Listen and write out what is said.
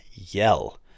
Yell